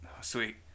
sweet